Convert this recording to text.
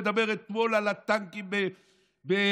מדבר אתמול על הטנקים בלבנון,